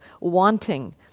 wanting